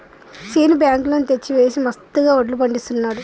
Seenu bank loan తెచ్చి వేసి మస్తుగా వడ్లు పండిస్తున్నాడు